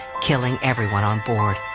killing everyone on board.